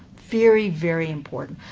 very, very important.